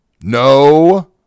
No